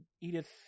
edith